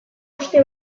uste